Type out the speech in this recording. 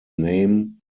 name